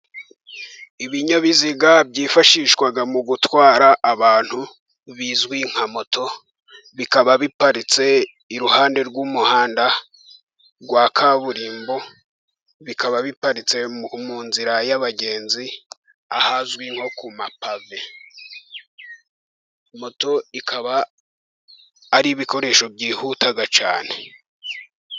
Ibinyabiziga byifashishwa mu gutwara abantu ,bizwi nka moto bikaba biparitse iruhande rw'umuhanda rwa kaburimbo ,bikaba biparitse mu nzira y'abagenzi ahazwi nko ku mapave . Moto ikaba ari ibikoresho byihuta cyane.